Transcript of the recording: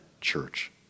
church